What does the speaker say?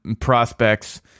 prospects